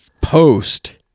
post